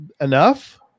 enough